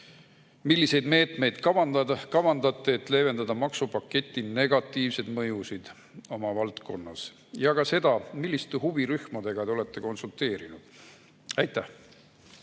Milliseid meetmeid kavandate, et leevendada maksupaketi negatiivseid mõjusid oma valdkonnas? Ja [küsime] ka seda: milliste huvirühmadega te olete konsulteerinud?